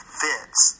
fits